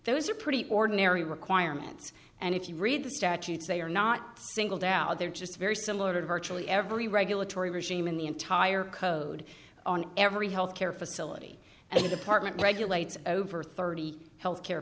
those are pretty ordinary requirements and if you read the statutes they are not singled out they're just very similar to virtually every regulatory regime in the entire code on every health care facility and the department regulates over thirty health care